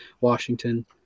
washington